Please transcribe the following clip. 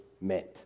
meant